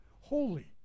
Holy